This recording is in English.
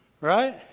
Right